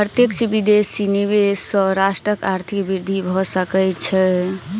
प्रत्यक्ष विदेशी निवेश सॅ राष्ट्रक आर्थिक वृद्धि भ सकै छै